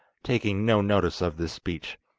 taking no notice of this speech,